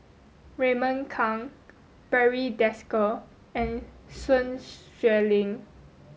Raymond Kang Barry Desker and Sun Xueling